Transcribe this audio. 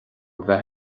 bheith